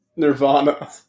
nirvana